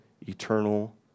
eternal